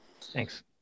Thanks